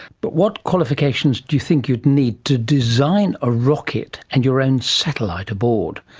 but what qualifications do you think you'd need to design a rocket and your own satellite aboard?